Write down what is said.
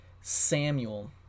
Samuel